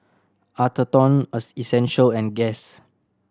Atherton Essential and Guess